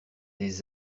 des